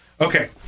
Okay